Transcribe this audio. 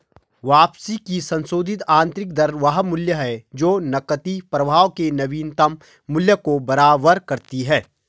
वापसी की संशोधित आंतरिक दर वह मूल्य है जो नकदी प्रवाह के नवीनतम मूल्य को बराबर करता है